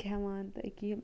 کھٮ۪وان تہٕ أکیٛاہ یہِ